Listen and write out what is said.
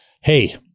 hey